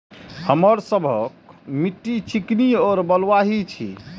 हमर सबक मिट्टी चिकनी और बलुयाही छी?